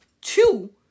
Two